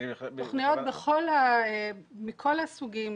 תוכניות מכל הסוגים,